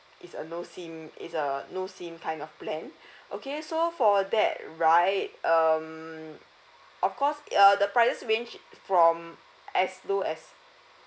is a no SIM is a no SIM kind of plan okay so for that right um of course it uh the prices range from as low as